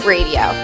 Radio